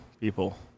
people